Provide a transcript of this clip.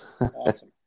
Awesome